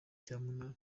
cyamunara